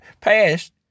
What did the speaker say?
Passed